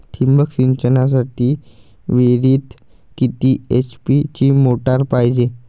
ठिबक सिंचनासाठी विहिरीत किती एच.पी ची मोटार पायजे?